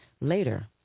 Later